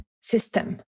system